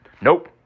Nope